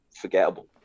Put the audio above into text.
forgettable